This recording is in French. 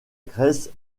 grèce